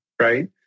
right